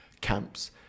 camps